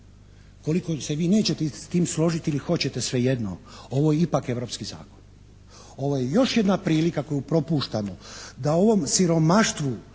Koliko se vi nećete s tim složiti ili hoćete, sve jedno, ovo je ipak europski zakon. Ovo je još jedna prilika koju propuštamo da ovom siromaštvu